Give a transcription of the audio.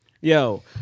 yo